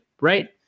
right